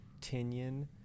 Tinian